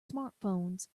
smartphones